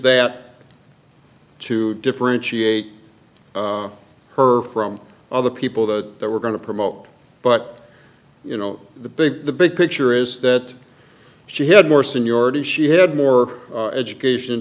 that to differentiate her from other people that they were going to promote but you know the big the big picture is that she had more seniority she had more education